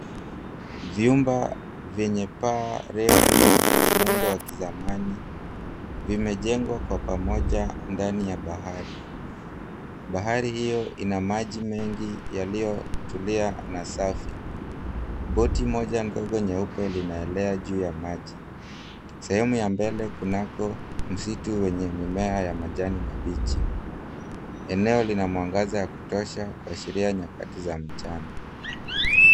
Vyumba vyenye paa refu na muundo wa kizamani vimejengwa kwa pamoja ndani ya bahari. Bahari hio ina maji mengi yaliyotulia na safi. Boti moja ndogo nyeupe linaelea juu ya maji. Sehemu ya mbele kunako msitu wenye mimea ya majani mabichi. Eneo lina mwangaza wa kutosha kuashiria nyakati za mchana.